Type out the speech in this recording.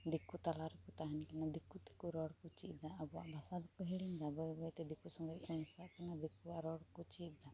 ᱫᱤᱠᱩ ᱛᱟᱞᱟᱨᱮᱠᱚ ᱛᱟᱦᱮᱱ ᱠᱟᱱᱟ ᱫᱤᱠᱩᱛᱮᱠᱚ ᱨᱚᱲᱠᱚ ᱪᱮᱫᱼᱫᱟ ᱟᱵᱚᱣᱟᱜ ᱵᱷᱟᱥᱟᱫᱚ ᱠᱚ ᱦᱤᱲᱤᱧᱟ ᱵᱟᱹᱭ ᱵᱟᱹᱭᱛᱮ ᱫᱤᱠᱩ ᱥᱚᱸᱜᱮᱡ ᱠᱚ ᱢᱮᱥᱟᱜ ᱠᱟᱱᱟ ᱫᱤᱠᱩᱣᱟᱜ ᱨᱚᱲᱠᱚ ᱪᱮᱫᱼᱫᱟ